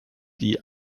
die